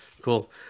cool